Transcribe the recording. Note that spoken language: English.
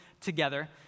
together